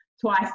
twice